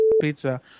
pizza